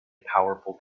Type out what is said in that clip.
powerful